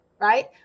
right